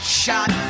shot